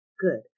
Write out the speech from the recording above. good